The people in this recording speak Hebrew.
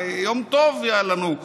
יום טוב היה לנו,